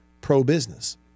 pro-business